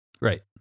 right